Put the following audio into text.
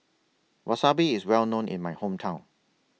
Wasabi IS Well known in My Hometown